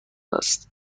است